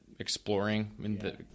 Exploring